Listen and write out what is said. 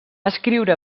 escriure